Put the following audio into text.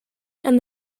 and